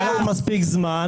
היה לך מספיק זמן.